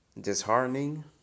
disheartening